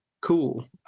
cool